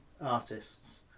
artists